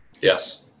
Yes